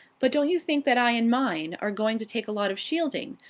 but don't you think that i and mine are going to take a lot of shielding?